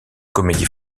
comédie